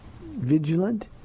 vigilant